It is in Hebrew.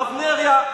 הרב נריה,